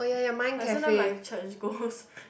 like sometimes my church goes